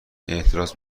اعتراض